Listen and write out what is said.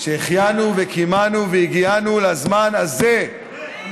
שהחיינו וקיימנו והגיענו לזמן הזה, אמן.